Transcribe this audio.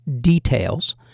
details